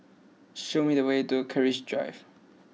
show me the way to Keris Drive